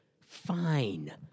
Fine